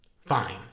fine